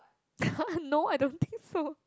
no I don't think so